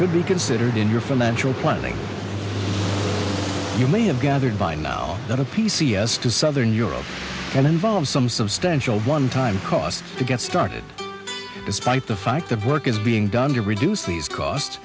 should be considered in your financial planning you may have gathered by now that a p c s to southern europe and involves some substantial onetime costs to get started despite the fact that work is being done to reduce these cost